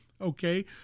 Okay